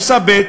עושה ב',